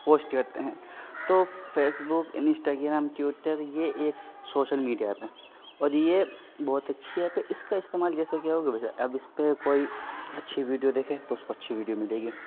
post کرتے ہیں تو فیسبک انسٹاگرام ٹیوٹر یہ ایک سوشل میڈیا ایپ ہیں اور یہ بہت اچھی ایپ ہے اس کا استعمال جیسا اب اس پہ کوئی اچھی ویڈیو دیکھے تو اس کو اچھی ویڈیو ملے گی